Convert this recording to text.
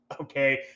okay